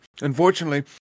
unfortunately